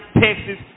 Texas